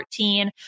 14